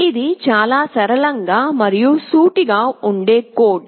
ఇది చాలా సరళంగా మరియు సూటిగా ఉండే కోడ్